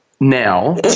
Now